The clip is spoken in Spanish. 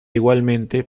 igualmente